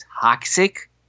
toxic